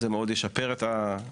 זה מאוד ישפר את ההצעה,